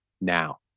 now